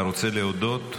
אתה רוצה להודות?